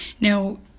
Now